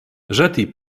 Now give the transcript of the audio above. ĵeti